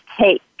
take